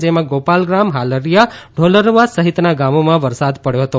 જેમાં ગોપાલગ્રામ હાલરીયા ઢોલરવા સહિતના ગામોમાં વરસાદ પડ્યો હતો